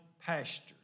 pasture